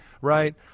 right